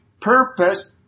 purpose